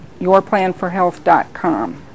yourplanforhealth.com